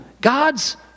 God's